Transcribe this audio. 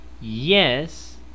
Yes